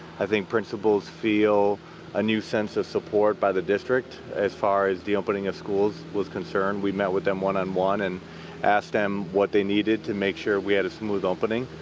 i think principals feel a new sense of support by the district, as far as the opening of schools was concerned. we met with them one-on-one and asked them what they needed to make sure we had a smooth opening.